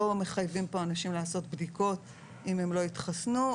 לא מחייבים כאן אנשים לעשות בדיקות אם הם לא התחסנו.